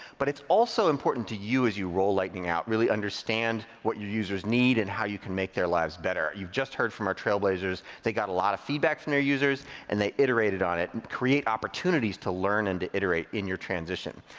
but it's also important to use you as you roll lightning app, really understand what you users need and how you can make their lives better. you've just heard from our trailblazers. they got a lot of feedback from their users and they iterated on it. and create opportunities to learn and to iterate in your transition.